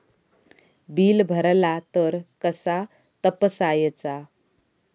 Bill भरला तर कसा तपसायचा?